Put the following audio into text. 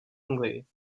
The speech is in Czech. anglii